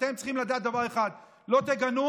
אתם צריכים לדעת דבר אחד: לא תגנו?